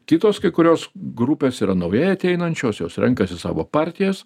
kitos kai kurios grupės yra naujai ateinančios jos renkasi savo partijas